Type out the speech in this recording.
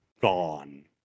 gone